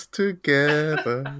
together